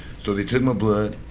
so they took my blood.